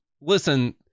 listen